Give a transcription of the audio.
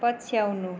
पछ्याउनु